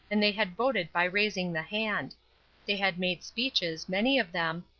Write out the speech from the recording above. and they had voted by raising the hand they had made speeches, many of them,